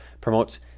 promotes